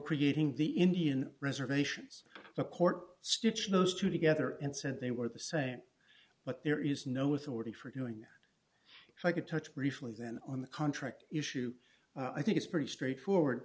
creating the indian reservations the court stitch those two together and said they were the same but there is no authority for doing so i could touch briefly then on the contract issue i think it's pretty straightforward